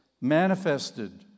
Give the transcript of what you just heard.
manifested